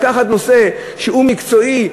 לקחת נושא שהוא מקצועי,